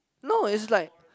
no is like